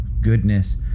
goodness